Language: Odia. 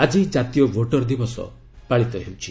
ଆଜି ଜାତୀୟ ଭୋଟର ଦିବସ ପାଳିତ ହେଉଛି